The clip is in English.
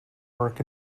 work